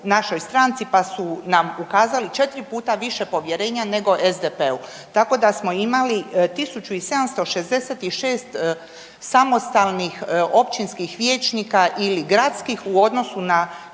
pa su nam ukazali 4 puta više povjerenja nego SDP-u, tako da smo imali 1 766 samostalnih općinskih vijećnika ili gradskih u odnosu na